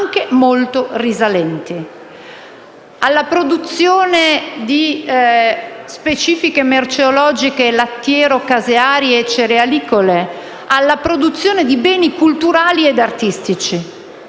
alla produzione di specifiche merceologiche lattiero‑casearie e cerealicole; alla produzione di beni culturali e artistici.